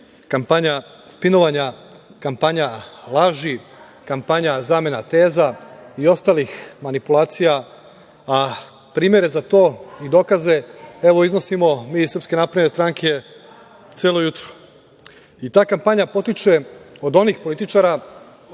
kampanja spinovanja, kampanja laži, kampanja zamena teza i ostalih manipulacija, a primere za to i dokaze evo iznosimo mi iz SNS celo jutro. Ta kampanja potiče od onih političara